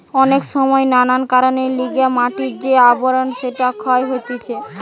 অনেক সময় নানান কারণের লিগে মাটির যে আবরণ সেটা ক্ষয় হতিছে